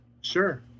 Sure